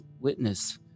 witness